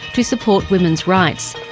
to support women's rights.